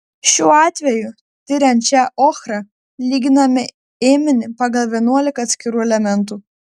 šiuo atveju tiriant šią ochrą lyginame ėminį pagal vienuolika atskirų elementų